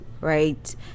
right